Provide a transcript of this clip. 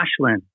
Ashlyn